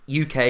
UK